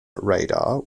radar